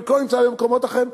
חלקו נמצא במקומות אחרים,